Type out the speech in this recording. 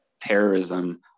terrorism